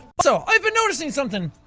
so i've been noticing something.